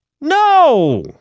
No